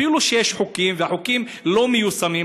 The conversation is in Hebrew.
אפילו שיש חוקים, החוקים לא מיושמים.